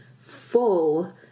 full